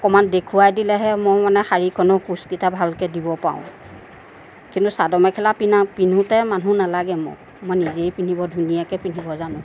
অকণমান দেখুৱাই দিলেহে মোৰ মানে শাড়ীখনৰ কোঁচকেইটা ভালকে দিব পাৰোঁ কিন্তু চাদৰ মেখেলা পিন্ধোতে মানুহ নালাগে মোক মই নিজেই পিন্ধিব ধুনীয়াকে পিন্ধিব জানোঁ